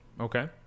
Okay